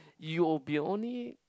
you will be only